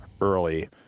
early